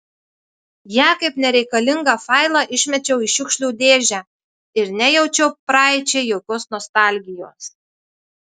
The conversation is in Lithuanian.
ją kaip nereikalingą failą išmečiau į šiukšlių dėžę ir nejaučiau praeičiai jokios nostalgijos